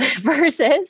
Versus